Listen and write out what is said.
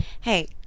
Hey